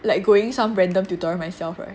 like going some random tutorial myself [right]